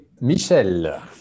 Michel